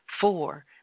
four